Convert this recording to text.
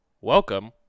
welcome